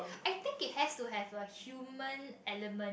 I think it has to have a human element